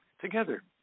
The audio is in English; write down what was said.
together